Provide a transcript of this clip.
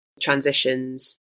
transitions